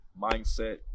mindset